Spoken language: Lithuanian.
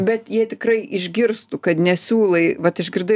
bet jie tikrai išgirstų kad nesiūlai vat išgirdai